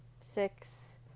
six